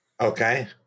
okay